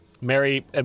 Mary